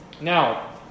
Now